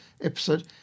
episode